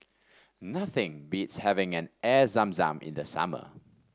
nothing beats having an Air Zam Zam in the summer